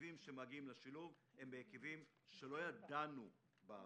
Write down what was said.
התקציבים שמגיעים לשילוב הם בהיקפים שלא ידענו בעבר.